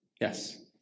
Yes